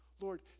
Lord